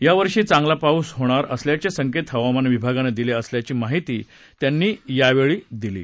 यावर्षी चांगला पाऊस होणार असल्याचे संकेत हवामान विभागानं दिले असल्याची माहिती त्यांनी दिली आहे